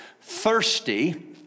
thirsty